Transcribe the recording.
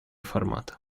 формат